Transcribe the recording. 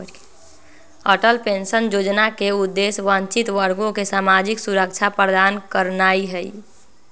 Atal pension Yojana के उद्देश्य वंचित वर्गों के सामाजिक सुरक्षा प्रदान करनाइ हइ